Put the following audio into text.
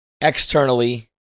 Externally